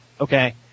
Okay